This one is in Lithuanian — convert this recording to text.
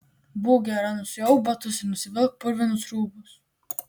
būk gera nusiauk batus ir nusivilk purvinus rūbus